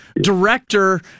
director